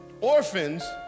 Orphans